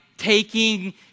taking